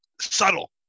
subtle